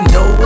no